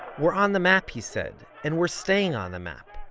we're on the map, he said, and we're staying on the map,